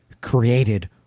created